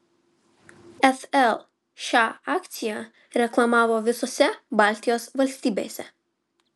fl šią akciją reklamavo visose baltijos valstybėse